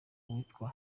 witwa